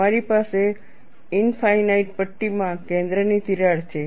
તમારી પાસે ઇનફાઇનાઇટ પટ્ટીમાં કેન્દ્રની તિરાડ છે